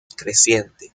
creciente